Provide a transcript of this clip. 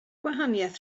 gwahaniaeth